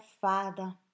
Father